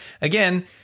again